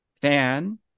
fan